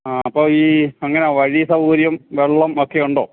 ആ അപ്പോൾ ഈ എങ്ങനെയാ വഴി സൗകര്യം വെള്ളം ഒക്കെ ഉണ്ടോ